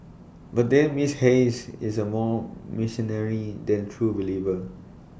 but then miss Hayes is A more mercenary than A true believer